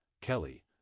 Kelly